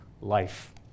life